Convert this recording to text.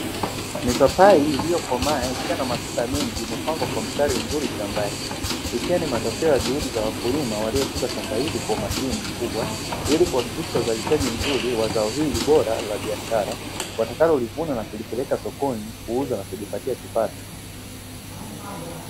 Mipapai iliyokomaa ikiwa na matunda mengi imepangwa kwa mstari mzuri shambani. Ikiwa ni matokeo ya juhudi za wakulima waliotunza shamba hili kwa umakini mkubwa, ili kuhakikisha uzalishaji mzuri wa zao hili bora la biashara, watakalolivuna na kulipeleka sokoni kuuza na kujipatia kipato.